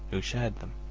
who shared them.